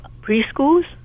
preschools